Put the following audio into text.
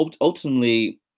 Ultimately